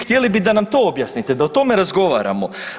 Htjeli bi da nam to objasnite, da o tome razgovaramo.